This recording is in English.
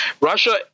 Russia